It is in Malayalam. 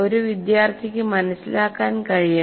ഒരു വിദ്യാർത്ഥിക്ക് മനസിലാക്കാൻ കഴിയണം